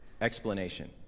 explanation